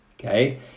Okay